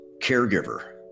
caregiver